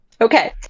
okay